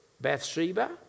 Bathsheba